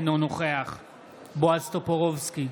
אינו נוכח בועז טופורובסקי,